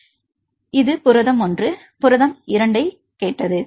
எனவே இது புரதம் ஒன்று புரதம் 2 ஐக் கேட்டது